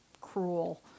cruel